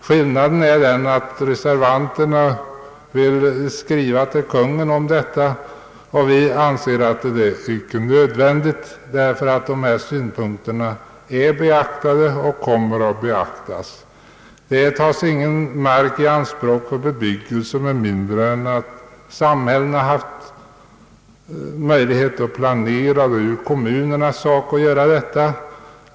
Skillnaden är den att reservanterna vill skriva till Kungl. Maj:t om detta, och vi anser att det icke är nödvändigt därför att dessa synpunkter är beaktade och kommer att beaktas. Det tas ingen mark i anspråk för bebyggelse utan planering. Det är kommunernas sak att göra planeringen.